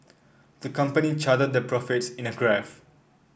the company charted their profits in a graph